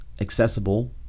accessible